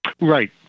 right